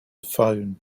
phone